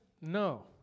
No